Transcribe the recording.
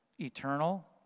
eternal